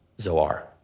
Zoar